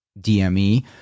DME